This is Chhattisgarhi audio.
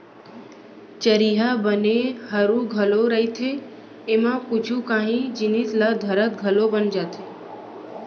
चरिहा बने हरू घलौ रहिथे, एमा कुछु कांही जिनिस ल धरत घलौ बन जाथे